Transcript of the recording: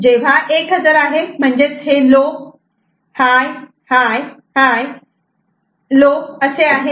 जेव्हा 1 हजर आहे म्हणजेच हे low high high high low असे आहे